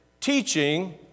teaching